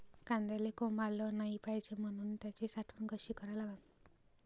कांद्याले कोंब आलं नाई पायजे म्हनून त्याची साठवन कशी करा लागन?